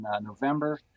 November